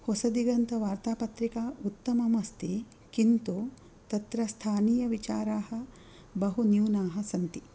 होसदिगन्तवार्तापत्रिका उत्तमम् अस्ति किन्तु तत्र स्थानीयविचाराः बहु न्यूनाः सन्ति